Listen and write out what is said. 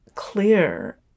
clear